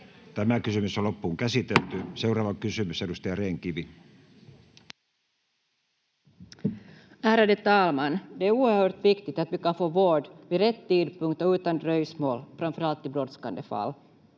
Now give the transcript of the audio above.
Heillekin lisää palkkaa!] Seuraava kysymys, edustaja Rehn-Kivi. Ärade talman! Det är oerhört viktigt att vi kan få vård vid rätt tidpunkt och utan dröjsmål, framför allt i brådskande fall.